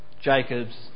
Jacob's